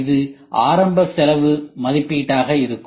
அது ஆரம்ப செலவு மதிப்பீடாக இருக்கும்